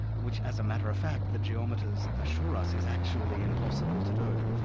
which as a matter of fact the geometers assure us is actually impossible to do,